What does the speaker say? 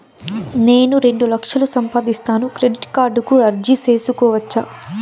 నేను రెండు లక్షలు సంపాదిస్తాను, క్రెడిట్ కార్డుకు అర్జీ సేసుకోవచ్చా?